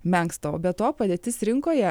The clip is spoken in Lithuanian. menksta o be to padėtis rinkoje